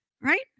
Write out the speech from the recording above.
right